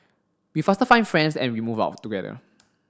we faster find friends and we move out together